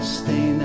stay